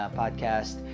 podcast